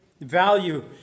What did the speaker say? value